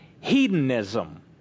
hedonism